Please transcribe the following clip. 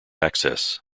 access